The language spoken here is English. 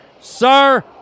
Sir